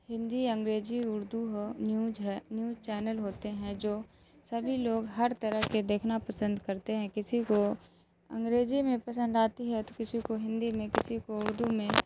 ہندی انگریزی اردو ہو نیوج ہے news channel ہوتے ہیں جو سبھی لوگ ہر طرح کے دیکھنا پسند کرتے ہیں کسی کو انگریزی میں پسند آتی ہے تو کسی کو ہندی میں کسی کو اردو میں